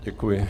Děkuji.